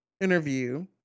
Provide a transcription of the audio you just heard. interview